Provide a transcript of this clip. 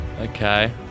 okay